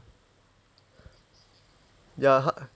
ya